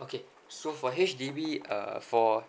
okay so for H_D_B uh for